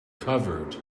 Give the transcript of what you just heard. covered